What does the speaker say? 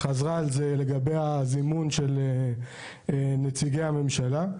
לגבי הזימון של נציגי הממשלה,